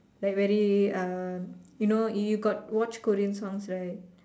like very uh you know you got watch Korean songs right